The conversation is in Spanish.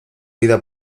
vida